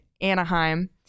Anaheim